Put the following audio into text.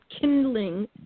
kindling